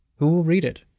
who will read it?